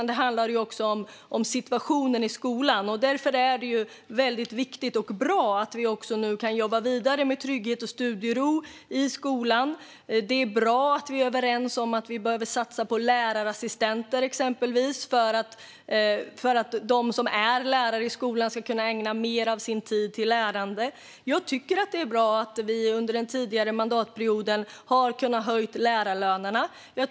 Det handlar också om situationen i skolan. Därför är det viktigt och bra att vi kan jobba vidare med trygghet och studiero i skolan. Det är bra att vi är överens om att vi behöver satsa på exempelvis lärarassistenter för att de som är lärare i skolan ska kunna ägna mer av sin tid åt lärande. Jag tycker att det är bra att vi under den tidigare mandatperioden kunde höja lärarlönerna.